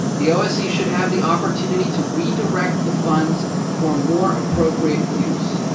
the ose should have the opportunity to redirect the funds for more appropriate use.